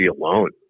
alone